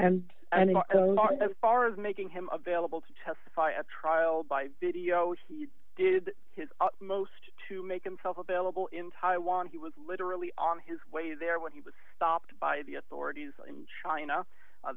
and as far as making him of vailable to testify at trial by video he did his utmost to make themselves available in taiwan he was literally on his way there when he was stopped by the authorities in china